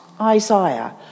Isaiah